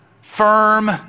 firm